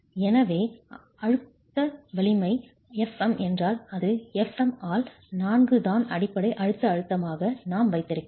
எனவே அமுக்க வலிமை f m என்றால் அது f m ஆல் 4 தான் அடிப்படை அழுத்த அழுத்தமாக நாம் வைத்திருக்கிறோம்